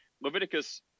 Leviticus